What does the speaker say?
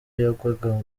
yagwaga